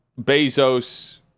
bezos